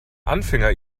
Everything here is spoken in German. anfänger